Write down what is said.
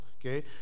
okay